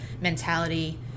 mentality